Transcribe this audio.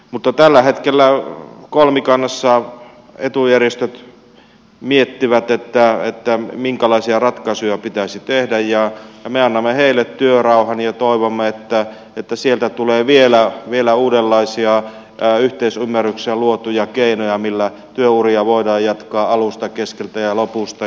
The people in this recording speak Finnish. mutta tällä hetkellä kolmikannassa etujärjestöt miettivät minkälaisia ratkaisuja pitäisi tehdä ja me annamme heille työrauhan ja toivomme että sieltä tulee vielä uudenlaisia yhteisymmärryksessä luotuja keinoja millä työuria voidaan jatkaa alusta keskeltä ja lopusta